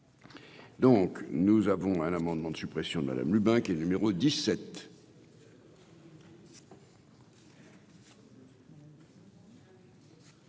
Donc nous avons un amendement de suppression de Madame Lubin, qui est numéro 17.